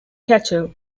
catcher